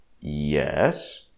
Yes